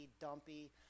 dumpy